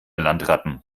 landratten